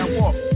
walk